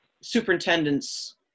superintendent's